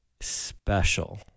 special